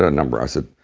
ah number. i said,